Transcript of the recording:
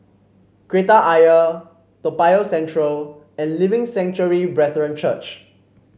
Kreta Ayer Toa Payoh Central and Living Sanctuary Brethren Church